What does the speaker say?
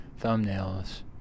thumbnails